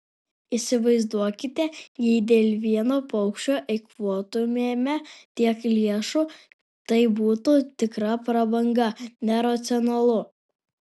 įsivaizduokite jei dėl vieno paukščio eikvotumėme tiek lėšų tai būtų tikra prabanga neracionalu